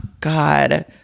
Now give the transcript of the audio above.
God